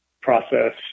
process